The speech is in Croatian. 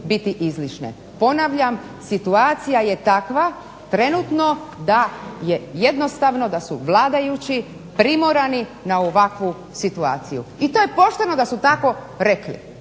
biti izlične. Ponavljam situacija je takva trenutno da je jednostavno da su vladajući primorani na ovakvu situaciju. I to je pošteno da su tako rekli,